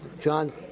John